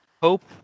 Hope